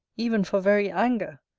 even for very anger,